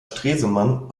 stresemann